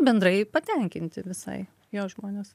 bendrai patenkinti visai jo žmonės